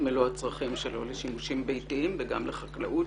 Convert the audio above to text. מלוא הצרכים שלו לשימושים ביתיים וגם לחקלאות,